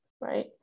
right